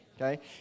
Okay